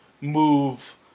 move